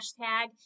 hashtag